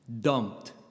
dumped